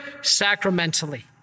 sacramentally